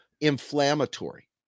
inflammatory